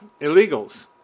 illegals